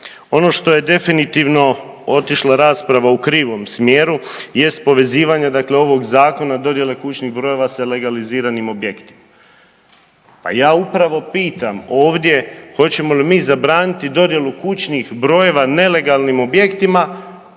Ono što je definitivno otišlo rasprava u krivom smjeru jest povezivanje dakle ovog Zakona, dodjele kućnih brojeva sa legaliziranim objektom. Pa ja upravo pitam ovdje hoćemo li mi zabraniti dodjelu kućnih brojeva nelegalnim objektima